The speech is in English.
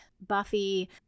Buffy